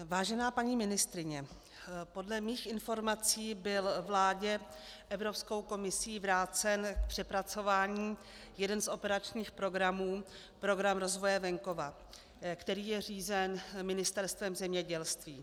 Vážená paní ministryně, podle mých informací byl vládě Evropskou komisí vrácen k přepracování jeden z operačních programů, Program rozvoje venkova, který je řízen Ministerstvem zemědělství.